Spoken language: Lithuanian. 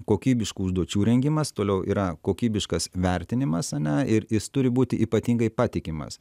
kokybiškų užduočių rengimas toliau yra kokybiškas vertinimas ane ir jis turi būti ypatingai patikimas